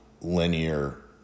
linear